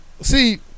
See